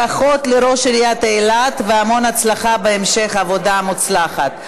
ברכות לראש עיריית אילת והמון הצלחה בהמשך העבודה המוצלחת.